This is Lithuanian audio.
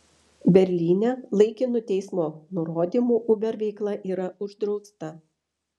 berlyne laikinu teismo nurodymu uber veikla yra uždrausta